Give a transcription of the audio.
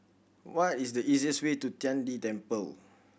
what is the easiest way to Tian De Temple